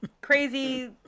crazy